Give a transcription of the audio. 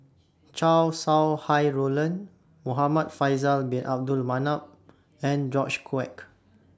Chow Sau Hai Roland Muhamad Faisal Bin Abdul Manap and George Quek